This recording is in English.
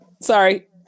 sorry